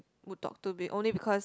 would talk to be only because